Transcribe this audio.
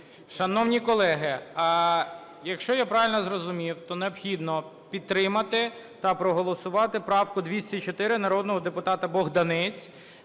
Шановні колеги, якщо я правильно зрозумів, то необхідно підтримати та проголосувати правку 204 народного депутата Богданця